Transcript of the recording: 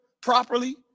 properly